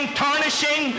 tarnishing